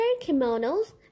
kimonos